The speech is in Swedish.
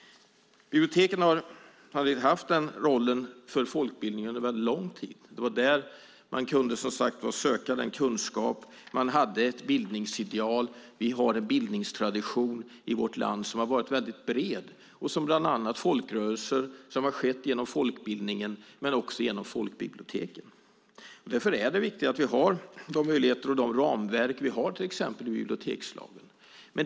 Biblioteken har haft den rollen för folkbildningen under lång tid. Det var där man kunde söka kunskap, som sagt. Man hade ett bildningsideal. Vi har en bildningstradition i vårt land som har varit väldigt bred, bland annat genom folkrörelser, genom folkbildningen men också genom folkbiblioteken. Därför är det viktigt att vi har de möjligheter och de ramverk som finns till exempel i bibliotekslagen.